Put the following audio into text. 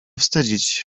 wstydzić